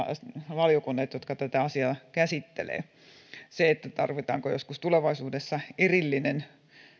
valiokunnat jotka tätä asiaa käsittelevät tarvitaanko joskus tulevaisuudessa erillinen